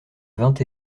vingt